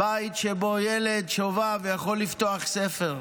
בית שבו ילד שובב יכול לפתוח ספר.